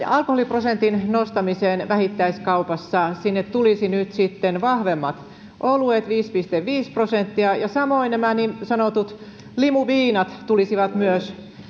alkoholiprosentin nostamiseen vähittäiskaupassa sinne tulisivat nyt sitten vahvemmat oluet viisi pilkku viisi prosenttia ja samoin nämä niin sanotut limuviinat tulisivat myös